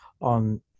on